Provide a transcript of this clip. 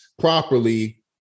properly